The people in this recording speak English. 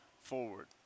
forward